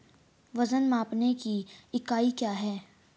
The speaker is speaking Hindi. वजन मापने की इकाई क्या है?